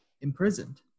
imprisoned